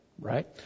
right